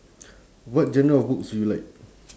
what genre of books do you like